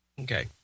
Okay